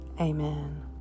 Amen